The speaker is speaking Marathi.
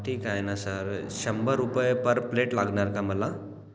ठीक आहे ना सर शंभर रुपये पर प्लेट लागणार का मला